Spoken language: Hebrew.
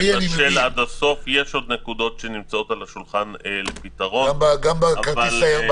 יש עוד נקודות שנמצאות על השולחן ומחכות לפתרון.